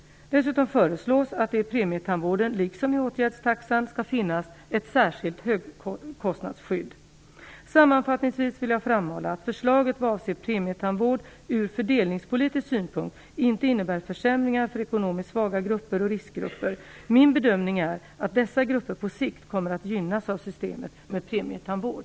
Dessutom föreslås att det i premietandvården, liksom i åtgärdstaxan, skall finnas ett särskilt högkostnadsskydd. Sammanfattningsvis vill jag framhålla att förslaget vad avser premietandvård ur fördelningspolitisk synpunkt inte innebär försämringar för ekonomiskt svaga grupper och riskgrupper. Min bedömning är att dessa grupper på sikt kommer att gynnas av systemet med premietandvård.